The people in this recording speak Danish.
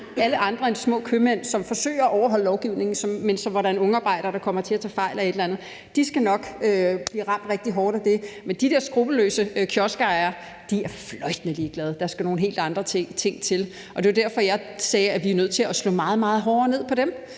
Små købmænd, som forsøger at overholde lovgivningen, men hvor der er en ungarbejder, der kommer til at tage fejl af et eller andet, skal nok blive ramt rigtig hårdt af det. Men de der skruppelløse kioskejere er fløjtende ligeglade. Der skal nogle helt andre ting til. Det er jo derfor, jeg sagde, at vi er nødt til at slå meget, meget hårdere ned på dem